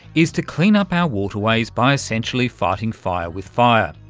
is to clean up our waterways by essentially fighting fire with fire,